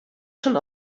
schon